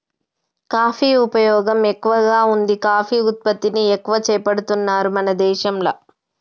coffee ఉపయోగం ఎక్కువగా వుంది కాఫీ ఉత్పత్తిని ఎక్కువ చేపడుతున్నారు మన దేశంల